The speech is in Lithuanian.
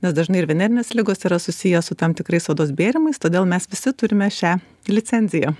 nes dažnai ir venerinės ligos yra susiję su tam tikrais odos bėrimais todėl mes visi turime šią licenziją